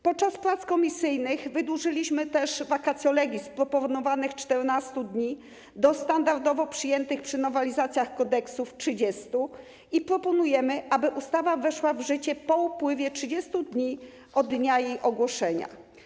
Podczas prac komisyjnych wydłużyliśmy też vacatio legis z proponowanych 14 dni do standardowo przyjętych przy nowelizacjach kodeksów 30 dni i proponujemy, aby ustawa weszła w życie po upływie 30 dni od dnia jej ogłoszenia.